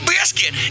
Biscuit